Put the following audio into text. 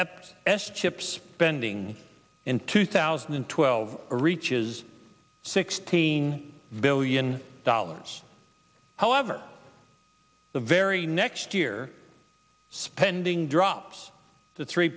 ept s chip spending in two thousand and twelve reaches sixteen billion dollars however the very next year spending drops to three